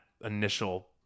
initial